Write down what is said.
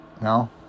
No